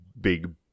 big